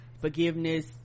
forgiveness